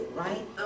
right